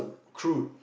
crude